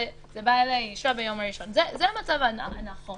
זה המצב הנכון